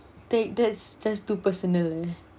take this just too personal